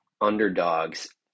underdogs